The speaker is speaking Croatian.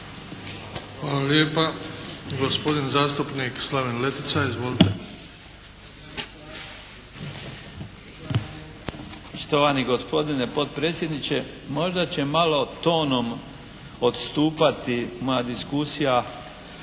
Hvala lijepa. Gospodin zastupnik Slaven Letica. Izvolite. **Letica, Slaven (Nezavisni)** Štovani gospodine potpredsjedniče možda će malo tonom odstupati moja diskusija